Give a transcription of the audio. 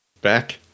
back